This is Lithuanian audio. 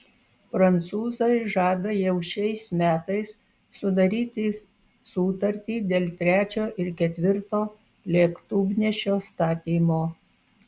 prancūzai žada jau šiais metais sudaryti sutartį dėl trečio ir ketvirto lėktuvnešio statymo